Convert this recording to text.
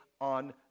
on